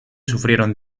sufrieron